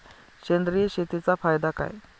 सेंद्रिय शेतीचा फायदा काय?